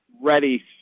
ready